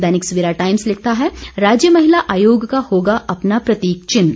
दैनिक Savera Times लिखता है राज्य महिला आयोग का होगा अपना प्रतीक चिन्ह